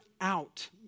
out